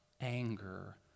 anger